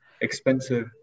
expensive